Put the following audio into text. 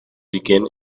begin